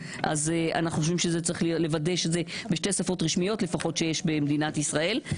אנחנו חושבים שזה יהיה בשתי שפות רשמיות לפחות שיש במדינת ישראל.